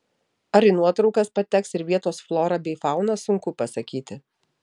ar į nuotraukas pateks ir vietos flora bei fauna sunku pasakyti